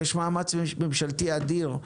יש מאמץ ממשלתי אדיר.